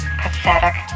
pathetic